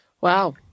Wow